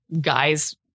guys